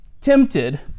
tempted